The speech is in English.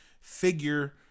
figure